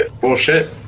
bullshit